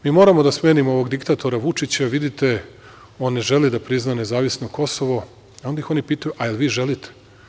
Mi moramo da smenimo ovog diktatora Vučića, vidite, on ne želi da prizna nezavisno Kosovo, a onda oni pitaju – a vi želite.